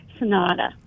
Sonata